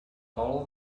all